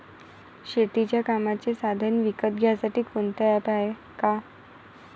शेतीच्या कामाचे साधनं विकत घ्यासाठी कोनतं ॲप हाये का?